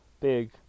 big